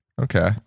Okay